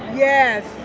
yes